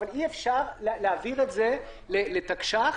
אבל אי-אפשר להעביר את זה לתקש"ח.